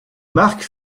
marc